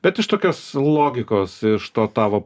bet iš tokios logikos iš to tavo